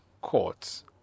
courts